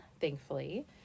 thankfully